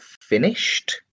finished